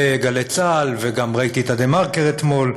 ו"גלי צה"ל", וראיתי גם את ה"דה-מרקר" אתמול.